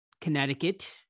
Connecticut